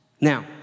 Now